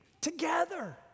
together